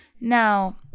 Now